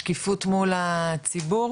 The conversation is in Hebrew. השקיפות מול הציבור.